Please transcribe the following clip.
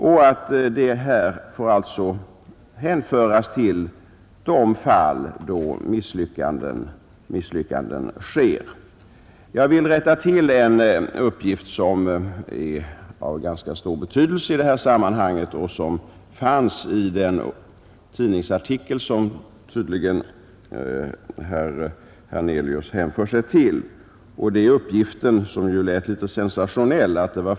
Det inträffade får hänföras till de fall då misslyckanden sker. Jag vill rätta till en uppgift, som fanns i den tidningsartikel vilken herr Hernelius tydligen åberopar och som har stor betydelse i det här sammanhanget. Det är den uppgift som lät litet sensationell.